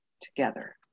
together